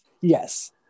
Yes